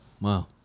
Wow